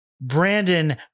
Brandon